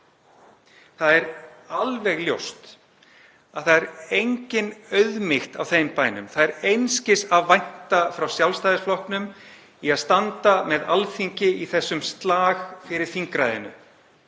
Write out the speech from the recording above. Það er alveg ljóst að það er engin auðmýkt á þeim bænum, það er einskis að vænta frá Sjálfstæðisflokknum í að standa með Alþingi í þessum slag fyrir þingræðinu.